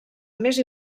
més